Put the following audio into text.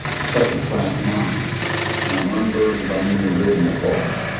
second class mind and i'm unburdened by many original thoughts.